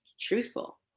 truthful